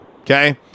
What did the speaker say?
Okay